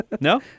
No